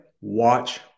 Watch